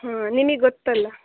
ಹ್ಞೂ ನಿಮಿಗೆ ಗೊತ್ತಲ್ಲ